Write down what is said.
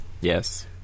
yes